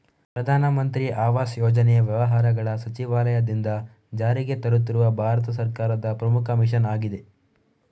ಪ್ರಧಾನ ಮಂತ್ರಿ ಆವಾಸ್ ಯೋಜನೆ ವ್ಯವಹಾರಗಳ ಸಚಿವಾಲಯದಿಂದ ಜಾರಿಗೆ ತರುತ್ತಿರುವ ಭಾರತ ಸರ್ಕಾರದ ಪ್ರಮುಖ ಮಿಷನ್ ಆಗಿದೆ